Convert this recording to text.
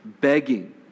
begging